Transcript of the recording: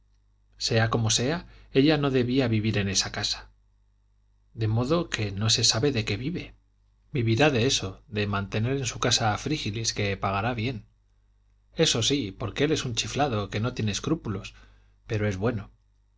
sea como sea ella no debía vivir en esa casa de modo que no se sabe de qué vive vivirá de eso de mantener en su casa a frígilis que pagará bien eso sí porque él es un chiflado que no tiene escrúpulos pero es bueno